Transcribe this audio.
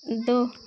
दो